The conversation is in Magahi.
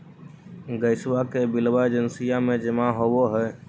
गैसवा के बिलवा एजेंसिया मे जमा होव है?